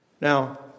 Now